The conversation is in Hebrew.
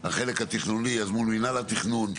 חלק התכנון, מול מנהל התכנון.